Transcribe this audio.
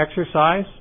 exercise